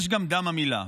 יש גם דם המילה,